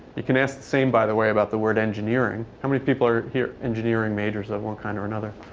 you can ask same, by the way, about the word engineering. how many people are here engineering majors of one kind or another?